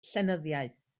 llenyddiaeth